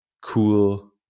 cool